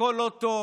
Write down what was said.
הכול לא טוב,